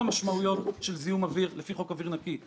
המשמעויות של זיהום אוויר לפי חוק אוויר נקי,